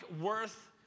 worth